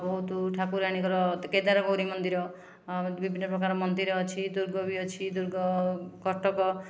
ବହୁତ ଠାକୁରାଣୀଙ୍କର କେଦାରଗୌରି ମନ୍ଦିର ଆଉ ବିଭିନ୍ନ ପ୍ରକାର ମନ୍ଦିର ଅଛି ଦୁର୍ଗ ବି ଅଛି ଦୁର୍ଗ କଟକ